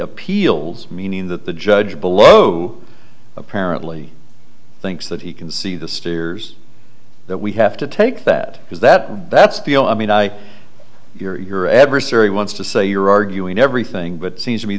appeals meaning that the judge below who apparently thinks that he can see the steers that we have to take that is that bets feel i mean i hear your adversary wants to say you're arguing everything but it seems to me